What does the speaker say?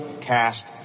cast